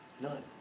none